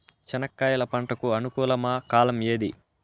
చెనక్కాయలు పంట కు అనుకూలమా కాలం ఏది?